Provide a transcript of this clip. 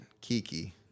kiki